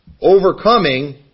overcoming